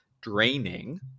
draining